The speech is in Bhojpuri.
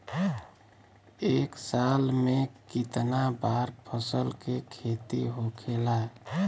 एक साल में कितना बार फसल के खेती होखेला?